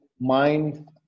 mind